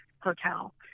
Hotel